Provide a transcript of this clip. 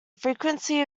frequency